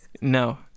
No